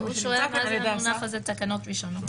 מי שנמצא --- הוא שואל מה זה המונח הזה "תקנות ראשונות"?